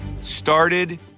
started